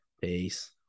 Peace